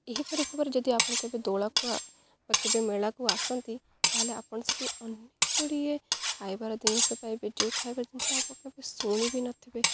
ଏହିପରି ଭାବରେ ଯଦି ଆପଣ କେବେ ଦୋଳାକୁୁଆ ବା କେବେ ମେଳାକୁ ଆସନ୍ତି ତା'ହେଲେ ଆପଣ ସେଠି ଅନେକ ଗୁଡ଼ିଏ ଖାଇବାର ଜିନିଷ ପାଇବେ ଯେଉଁ ଖାଇବା ଜିନିଷ ଆପଣ କେବେ ଶୁଣି ବି ନଥିବେ